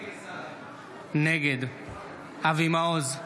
נגד אבי מעוז,